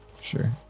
Sure